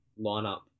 lineup